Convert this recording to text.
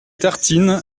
tartines